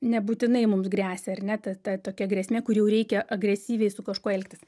nebūtinai mums gresia ar ne ta ta tokia grėsmė kur jau reikia agresyviai su kažkuo elgtis